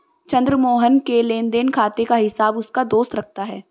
चंद्र मोहन के लेनदेन खाते का हिसाब उसका दोस्त रखता है